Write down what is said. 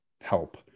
help